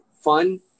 fun